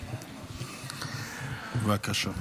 בבקשה.